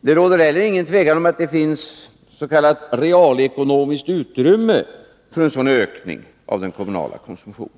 Det råder heller inget tvivel om att det finns s.k. realekonomiskt utrymme för en sådan ökning av den kommunala konsumtionen,